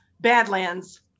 Badlands